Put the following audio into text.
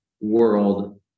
World